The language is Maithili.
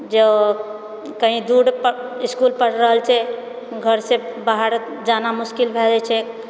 जऽ कही दूर इसकुल पर रहैत छै घरसँ बाहर जाना मुश्किल भए जाइत छै